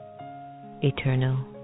eternal